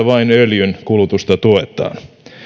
vain öljyn kulutusta tuetaan